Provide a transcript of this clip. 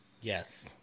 Yes